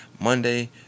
monday